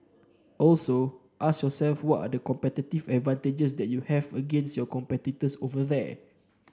also ask yourself what are the competitive advantages that you have against your competitors over there